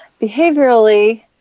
behaviorally